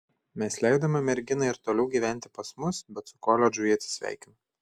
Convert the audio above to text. mes leidome merginai ir toliau gyventi pas mus bet su koledžu ji atsisveikino